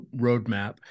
roadmap